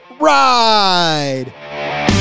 ride